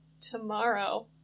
tomorrow